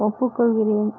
ஒப்புக்கொள்கிறேன்